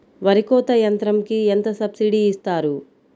వరి కోత యంత్రంకి ఎంత సబ్సిడీ ఇస్తారు?